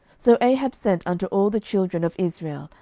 so ahab sent unto all the children of israel,